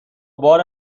بار